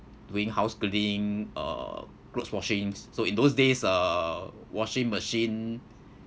doing house cleaning uh clothes washing so in those days uh washing machine